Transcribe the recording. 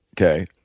okay